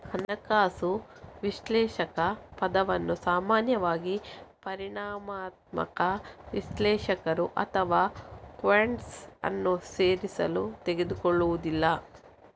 ಹಣಕಾಸು ವಿಶ್ಲೇಷಕ ಪದವನ್ನು ಸಾಮಾನ್ಯವಾಗಿ ಪರಿಮಾಣಾತ್ಮಕ ವಿಶ್ಲೇಷಕರು ಅಥವಾ ಕ್ವಾಂಟ್ಸ್ ಅನ್ನು ಸೇರಿಸಲು ತೆಗೆದುಕೊಳ್ಳುವುದಿಲ್ಲ